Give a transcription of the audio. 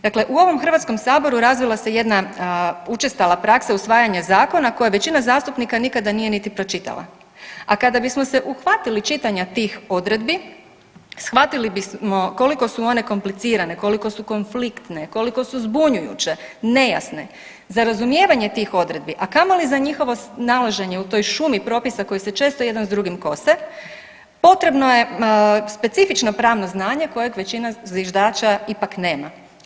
Dakle u ovom HS-u razvila se jedna učestala praksa usvajanja zakona koje većina zastupnika nikada nije niti pročitala, a kada bismo se uhvatili čitanja tih odredbi, shvatili bismo koliko su one komplicirane, koliko su konfliktne, koliko su zbunjujuće, nejasne, za razumijevanje tih odredbi, a kamoli za njihovo snalaženje u toj šumi propisa koji se često jedan s drugim kose, potrebno je specifično pravno znanje kojeg većina zviždača ipak nema.